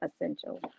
essential